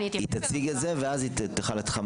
היא תציג את זה ואז נענה.